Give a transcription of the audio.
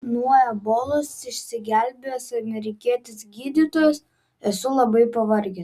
nuo ebolos išsigelbėjęs amerikietis gydytojas esu labai pavargęs